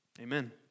Amen